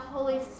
Holy